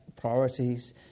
priorities